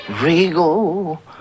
Regal